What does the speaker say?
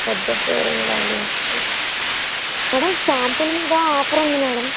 పెద్ద Fair and Lovely ఒకటి madam షాంపూల మీద ఆఫర్ ఉంది మేడమ్